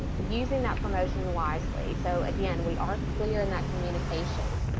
using that promotion wisely. so again, we are clear in that communication.